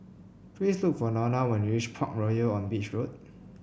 please look for Lorna when you reach Parkroyal on Beach Road